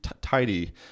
tidy